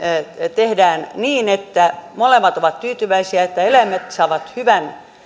tehdään niin että molemmat ovat tyytyväisiä että eläimet saavat hyvän